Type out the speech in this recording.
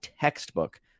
textbook